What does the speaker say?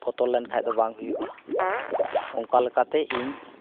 ᱵᱚᱛᱚᱨ ᱞᱮᱱᱠᱷᱟᱱ ᱫᱚ ᱵᱟᱝ ᱦᱩᱭᱩᱜᱼᱟ ᱚᱱᱠᱟ ᱞᱮᱠᱟᱛᱮ ᱤᱧ